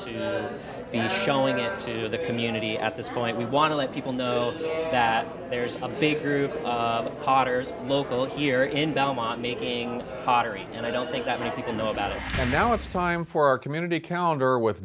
to be showing it to the community at this point we want to let people know that there's a big group of potters local here in down by making pottery and i don't think that many people know about it and now it's time for our community counter with